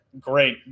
Great